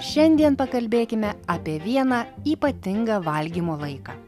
šiandien pakalbėkime apie vieną ypatingą valgymo laiką